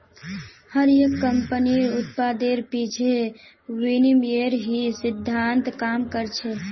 हर एक कम्पनीर उत्पादेर पीछे विनिमयेर ही सिद्धान्त काम कर छे